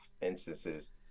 instances